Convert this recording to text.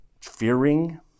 fearing